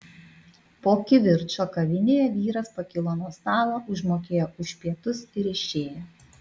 po kivirčo kavinėje vyras pakilo nuo stalo užmokėjo už pietus ir išėjo